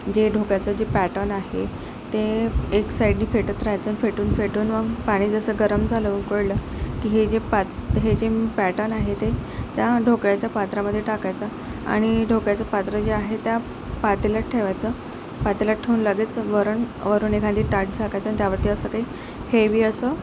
जे ढोकळ्याचं जे पॅटन आहे ते एक साइडनी फेटत रहायचं फेटून फेटून मग पाणी जसं गरम झालं उकळलं की हे जे पॅट हे जे पॅटन आहे ते त्या ढोकळ्याच्या पात्रामध्ये टाकायचं आणि ढोकळ्याचं पात्र जे आहे त्या पातेल्यात ठेवायचं पातेल्यात ठेऊन लगेच वरण वरून एखादे ताट झाकायचं त्यावरती असं ते हेवी असं